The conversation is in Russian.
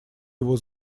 его